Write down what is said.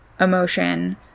emotion